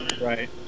Right